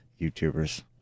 YouTubers